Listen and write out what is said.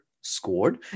scored